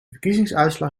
verkiezingsuitslag